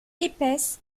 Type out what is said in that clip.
épaisse